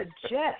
suggest